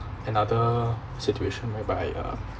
another situation whereby uh